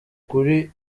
kuri